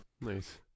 Nice